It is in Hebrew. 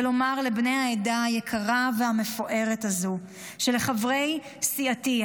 ולומר לבני העדה היקרה והמפוארת הזו שלחברי סיעתי,